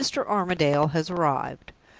that mr. armadale has arrived.